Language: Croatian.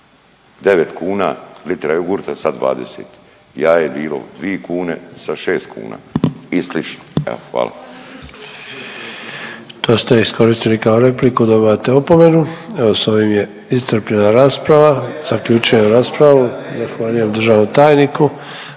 9 kuna litra jogurta, sad 20, jaje bilo 2 kune, sad 6 kuna i slično. Evo, hvala. **Sanader, Ante (HDZ)** To ste iskoristili kao repliku dobivate opomenu. Evo s ovim je iscrpljena rasprava, zaključujem raspravu, zahvaljujem državnom tajniku.